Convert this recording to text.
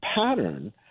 pattern